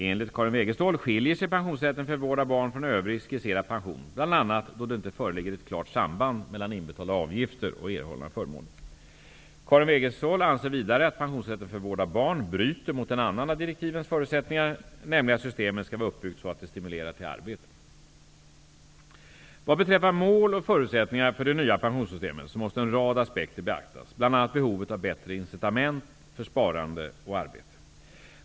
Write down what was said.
Enligt Karin Wegestål skiljer sig pensionsrätten för vård av barn från övrig skisserad pension bl.a. då det inte föreligger ett klart samband mellan inbetalda avgifter och erhållna förmåner. Karin Wegestål anser vidare att pensionsrätten för vård av barn bryter mot en annan av direktivens förutsättningar, nämligen att systemet skall vara uppbyggt så att det stimulerar till arbete. Vad beträffar mål och förutsättningar för det nya pensionssystemet måste en rad aspekter beaktas, bl.a. behov av bättre incitament för sparande och arbete.